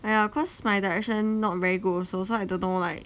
!aiya! cause my direction not very good also so I don't know like